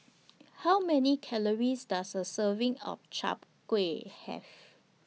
How Many Calories Does A Serving of Chap Gui Have